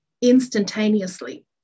instantaneously